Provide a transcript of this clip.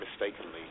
mistakenly